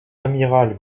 amiral